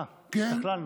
אה, השתכללנו.